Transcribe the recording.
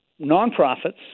nonprofits